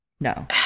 No